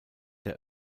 der